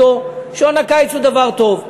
שעון הקיץ הוא דבר טוב.